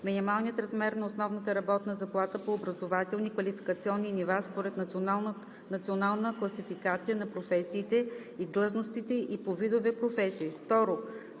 Минималният размер на основната работна заплата по образователни и квалификационни нива според Националната класификация на професиите и длъжностите и по видове професии.